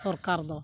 ᱥᱚᱨᱠᱟᱨ ᱫᱚ